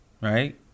right